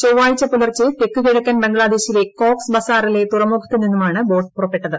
ചൊവ്വാഴ്ച പൂലർച്ച ഏത്ക്കൂകിഴക്കൻ ബംഗ്ലാദേശിലെ കോക്സ് ബസാറിലെ തുറമുഖത്തുണ്ണു്മാണ് ബോട്ട് പുറപ്പെട്ടത്